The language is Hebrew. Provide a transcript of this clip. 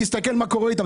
תסתכל, תראה מה קורה איתם.